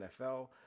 NFL